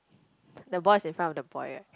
the boy is in front of the boy right